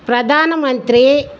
ప్రధానమంత్రి